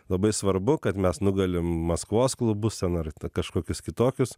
labai svarbu kad mes nugalim maskvos klubus ten ar kažkokius kitokius